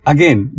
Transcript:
Again